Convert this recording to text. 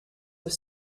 have